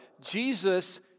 Jesus